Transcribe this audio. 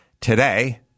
today